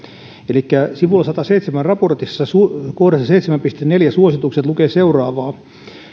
elikkä sivulla sadassaseitsemässä raportissa kohdassa seitsemän piste neljä suositukset lukee seuraavaa